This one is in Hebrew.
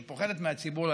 שפוחדת מהציבור,